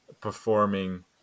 performing